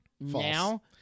Now